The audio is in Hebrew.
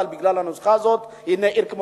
אבל בגלל הנוסחה הזאת, הנה עיר כמו